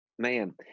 man